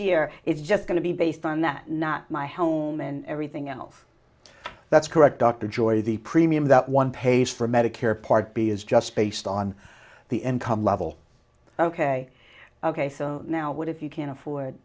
year it's just going to be based on that not my home and everything else that's correct dr joy the premium that one pays for medicare part b is just based on the end come level ok ok so now what if you can't afford